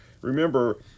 remember